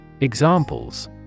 Examples